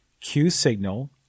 Q-signal